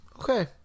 okay